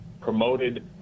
promoted